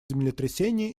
землетрясения